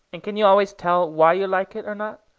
and can you always tell why you like it or not?